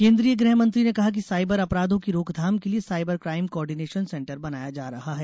केन्द्रीय गृहमंत्री ने कहा कि साइबर अपराधों की रोकथाम के लिये साइबर काइम कॉर्डिनेशन सेंटर बनाया जा रहा है